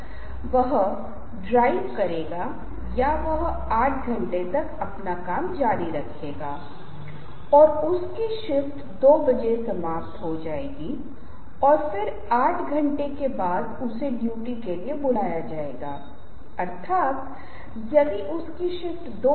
मैं आपको बस आज की एक झलक दिखाऊंगा लेकिन आप इसे स्वतंत्र रूप से लेने की कोशिश करें और उस विशेष खंड से आने वाले प्रश्नों का जवाब दें और फिर हम पूरी चीजों को संक्षेप में बताएंगे और मैं आपको संदर्भ दिखाऊंगा